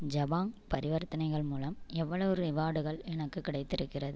ஜபாங் பரிவர்த்தனைகள் மூலம் எவ்வளவு ரிவார்டுகள் எனக்குக் கிடைத்திருக்கிறது